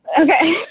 Okay